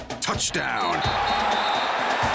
Touchdown